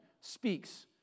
speaks